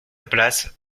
place